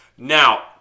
Now